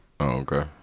Okay